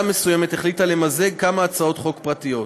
מסוימת החליטה למזג כמה הצעות חוק פרטיות.